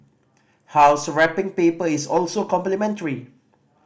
house wrapping paper is also complimentary